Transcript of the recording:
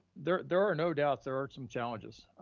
there there are no doubts there are some challenges.